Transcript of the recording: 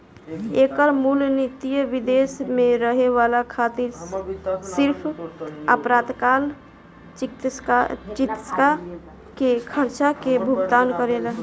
एकर मूल निति विदेश में रहे वाला खातिर सिर्फ आपातकाल चिकित्सा के खर्चा के भुगतान करेला